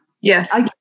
Yes